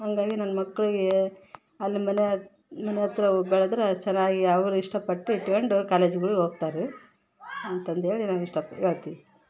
ಹಂಗಾಗಿ ನನ್ನ ಮಕ್ಕಳಿಗೆ ಅಲ್ಲಿ ಮನೆ ಹತ್ರ ಮನೆ ಹತ್ರ ಬೆಳೆದರೆ ಚೆನ್ನಾಗಿ ಅವ್ರು ಇಷ್ಟ ಪಟ್ಟು ಇಟ್ಕೊಂಡ್ ಕಾಲೇಜುಗಳಿಗೆ ಹೋಗ್ತಾರೆ ಅಂತಂದೇಳಿ ನಾನು ಇಷ್ಟು ಹೇಳ್ತಿವಿ